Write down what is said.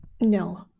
no